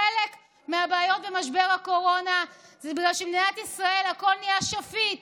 חלק מהבעיות במשבר הקורונה זה כי במדינת ישראל הכול נהיה שפיט